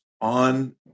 on